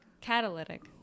Catalytic